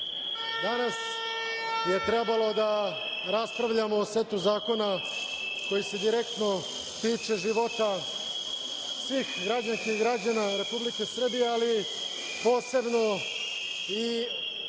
danas je trebalo da raspravljamo o setu zakona koji se direktno tiče života svih građanki i građana Republike Srbije, ali posebno i 4.